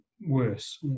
worse